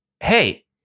Hey